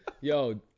yo